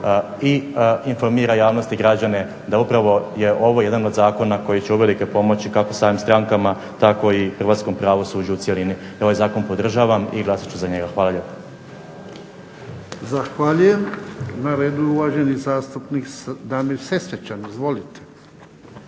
i informira javnost i građane da upravo je ovo jedan od zakona koji će uvelike pomoći kako samim strankama, tako i hrvatskom pravosuđu u cjelini. Ja ovaj zakon podržavam i glasat ću za njega. Hvala lijepa. **Jarnjak, Ivan (HDZ)** Zahvaljujem. Na redu je uvaženi zastupnik Damir Sesvečan. Izvolite.